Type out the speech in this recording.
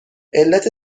علت